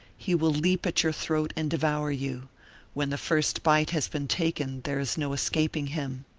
he will leap at your throat and devour you when the first bite has been taken there is no escaping him.